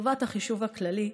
לטובת החישוב הכללי"